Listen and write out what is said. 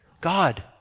God